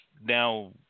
now